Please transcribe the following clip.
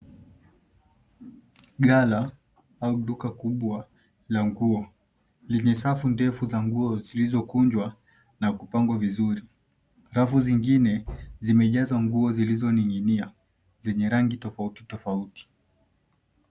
Ghala au duka kubwa la nguo lenye safu ndefu za nguo zilizokunjwa na kupangwa vizuri. Rafu zingine zimejazwa nguo zilizoning'inia zenye rangi tofauti tofauti.